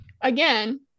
again